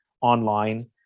online